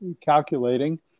calculating